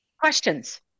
questions